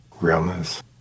Realness